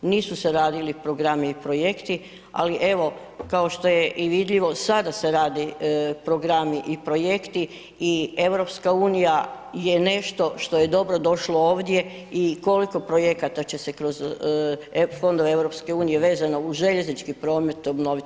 Nisu se radili programi i projekti, ali evo, kao što je i vidljivo, sada se radi programi i projekti i EU je nešto što je dobro došlo ovdje i koliko projekata će se kroz fondove EU vezano uz željeznički promet obnoviti?